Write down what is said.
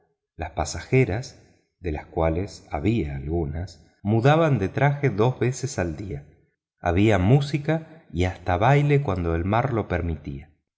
las pasajeras de las cuales había algunas mudaban de traje dos veces al día había músico y hasta baile cuando el mar lo permitía